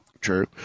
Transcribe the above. True